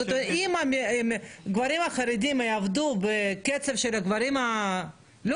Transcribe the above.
זאת אומרת אם הגברים החרדים יעבדו בקצב של הגברים הלא